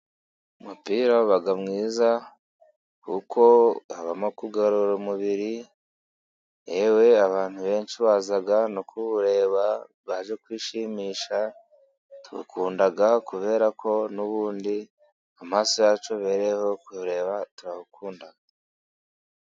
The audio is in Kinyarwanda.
Umupira uba mwiza kuko habamo kugorora umubiri, yewe abantu benshi baza no kuwureba baje kwishimisha. Tuwukunda kubera ko n'ubundi amaso yacu abereyeho kureba. Turawukunda.